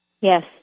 Yes